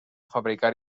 fabricar